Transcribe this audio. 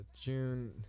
June